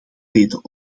reden